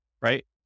right